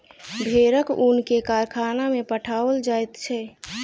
भेड़क ऊन के कारखाना में पठाओल जाइत छै